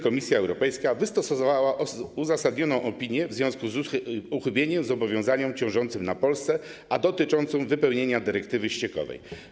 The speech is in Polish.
Komisja Europejska wystosowała wtedy uzasadnioną opinię w związku z uchybieniem zobowiązaniom ciążącym na Polsce, dotyczącą wypełnienia tzw. dyrektywy ściekowej.